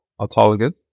autologous